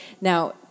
Now